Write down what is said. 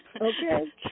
Okay